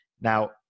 now